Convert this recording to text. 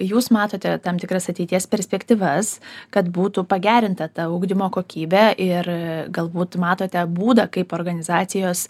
jūs matote tam tikras ateities perspektyvas kad būtų pagerinta ta ugdymo kokybė ir galbūt matote būdą kaip organizacijos